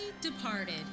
departed